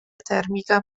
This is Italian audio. termica